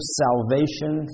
salvation